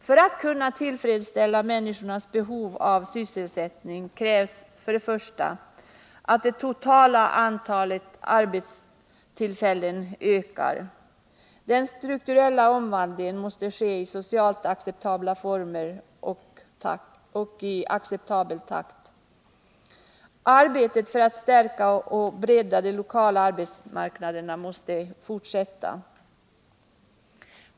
För att kunna tillfredsställa människornas behov av sysselsättning krävs först och främst att det totala antalet arbetstillfällen ökar. Den strukturella omvandlingen måste ske i socialt acceptabla former och i acceptabel takt. Arbetet för att stärka och bredda de lokala arbetsmarknaderna måste fortsätta.